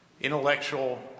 intellectual